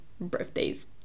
birthdays